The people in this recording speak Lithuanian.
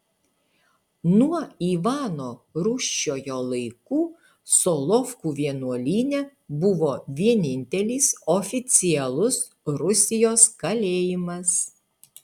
nuo ivano rūsčiojo laikų solovkų vienuolyne buvo vienintelis oficialus rusijos kalėjimas